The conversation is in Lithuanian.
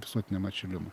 visuotiniam atšilimui